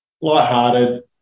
Lighthearted